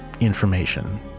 information